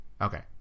Okay